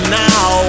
now